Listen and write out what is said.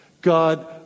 God